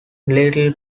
little